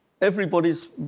Everybody's